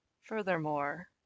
furthermore